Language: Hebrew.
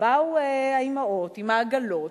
באו האמהות עם העגלות,